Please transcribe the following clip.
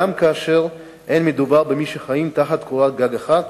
גם כאשר לא מדובר במי שחיים תחת קורת גג אחת,